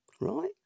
Right